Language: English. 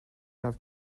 have